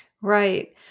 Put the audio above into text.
Right